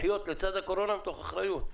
לחיות לצד הקורונה מתוך אחריות.